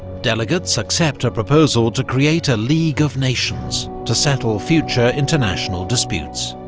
delegates accept a proposal to create a league of nations, to settle future international disputes.